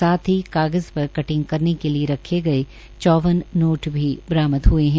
साथ ही कागज़ पर कटिंग करने के लिए रखे गये चौवन नोट भी बरामद हए है